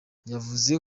yavuze